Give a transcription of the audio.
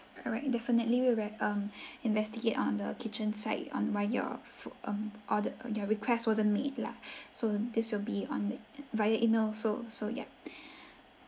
alright definitely we will um investigate on the kitchen side on why your foo~ um ordered your request wasn't made lah so this will be on via email so so yup